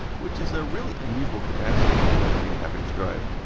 which is a really unusual capacity for a three and a half inch drive.